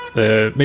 the i mean